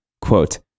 quote